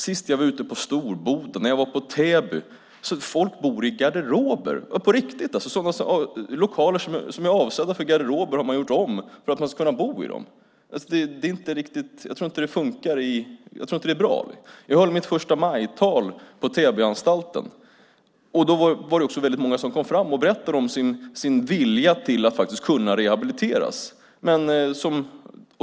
Sist jag var ute på Storboda och Täbyanstalten bodde folk i garderober. På riktigt! Lokaler som var avsedda för garderober har gjorts om så att det går att bo i dem. Det är inte bra. Jag höll mitt förstamajtal på Täbyanstalten. Då var det många som berättade om sin vilja att rehabiliteras.